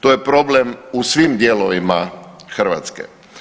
To je problem u svim dijelovima Hrvatske.